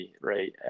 right